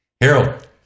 Harold